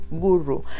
guru